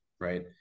Right